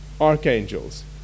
archangels